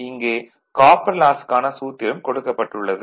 இங்கே காப்பர் லாஸ்க்கான சூத்திரம் கொடுக்கப்பட்டுள்ளது